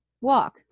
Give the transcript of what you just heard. walk